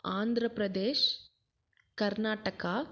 Andhra Pradesh Karnataka